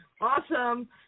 awesome